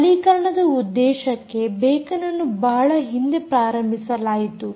ಸ್ಥಳೀಕರಣದ ಉದ್ದೇಶಕ್ಕೆ ಬೇಕನ್ ಅನ್ನು ಬಹಳ ಹಿಂದೆ ಪ್ರಾರಂಭಿಸಲಾಯಿತು